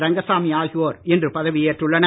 ரங்கசாமி ஆகியோர் இன்று பதவியேற்றுள்ளனர்